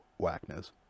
whackness